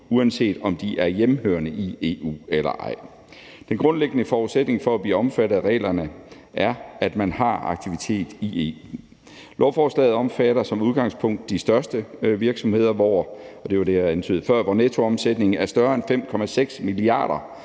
uanset om de er hjemmehørende i EU eller ej. Den grundlæggende forudsætning for at blive omfattet af reglerne er, at man har aktivitet i EU. Lovforslaget omfatter som udgangspunkt de største virksomheder, hvor – det var det, jeg